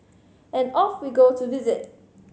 and off we go to visit